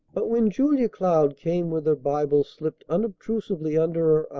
but, when julia cloud came with her bible slipped unobtrusively under